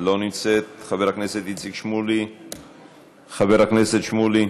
לא נמצאת, חבר הכנסת איציק שמולי,